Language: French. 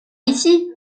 ici